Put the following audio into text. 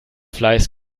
fleiß